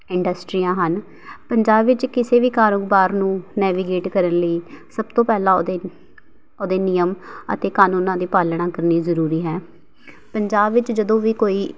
ਇੰਡਸਟਰੀਆਂ ਹਨ ਪੰਜਾਬ ਵਿੱਚ ਕਿਸੇ ਵੀ ਕਾਰੋਬਾਰ ਨੂੰ ਨੈਵੀਗੇਟ ਕਰਨ ਲਈ ਸਭ ਤੋਂ ਪਹਿਲਾਂ ਉਹਦੇ ਉਹਦੇ ਨਿਯਮ ਅਤੇ ਕਾਨੂੰਨਾਂ ਦੀ ਪਾਲਣਾ ਕਰਨੀ ਜ਼ਰੂਰੀ ਹੈ ਪੰਜਾਬ ਵਿੱਚ ਜਦੋਂ ਵੀ ਕੋਈ